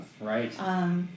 Right